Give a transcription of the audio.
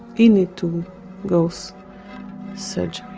he need to go so surgery